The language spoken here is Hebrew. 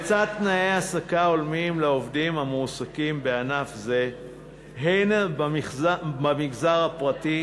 לצד תנאי העסקה הולמים לעובדים המועסקים בענף זה הן במגזר הפרטי